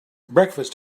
breakfast